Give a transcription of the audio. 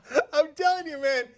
um telling you man,